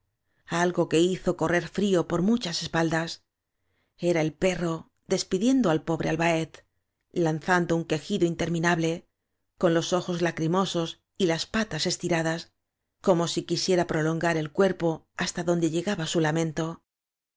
algo que hizo correr frío por mi espaldas era el despidiendo al pobre albaet lanzando un que jido interminable con los ojos lacrimosos y las patas estiradas como si quisiera prolongar el cuerpo hasta donde llegaba su lamento